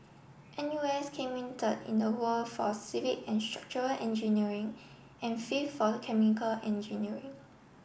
N U S came in third in the world for civil and structural engineering and fifth for the chemical engineering